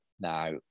now